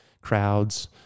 crowds